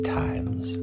times